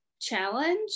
challenge